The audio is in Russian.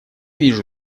вижу